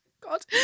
God